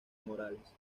morales